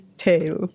tail